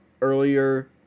earlier